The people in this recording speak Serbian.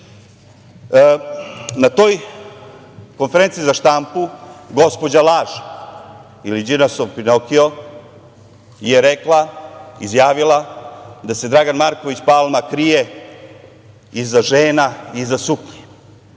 toj konferenciji za štampu, gospođa laž, ili „Đilasov pinokio“, je rekla, izjavila, da se Dragan Marković Palma krije iza žena, iza suknje.